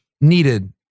needed